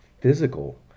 physical